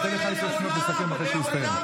אני אתן לך עשר שניות לסכם מתי שיסתיים.